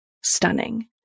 Stunning